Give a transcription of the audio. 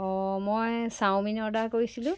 অ' মই chowmein order কৰিছিলোঁ